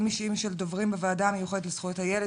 אישיים של דוברים בוועדה המיוחדת לזכויות הילד.